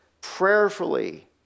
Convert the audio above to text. prayerfully